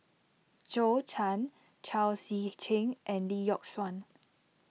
Zhou Can Chao Tzee Cheng and Lee Yock Suan